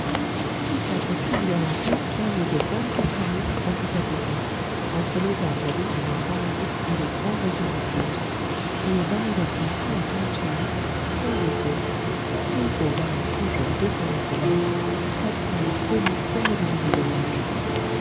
tous quatre suivirent la route dallée de vingt quatre lieues qui conduit à péking entre les arbres d'essences variées et les grands roseaux du fleuve et ils arrivèrent ainsi à tong tchéou sains et saufs kin fo valant toujours deux cent mille dollars craig fry solides comme au début du voyage